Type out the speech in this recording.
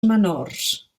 menors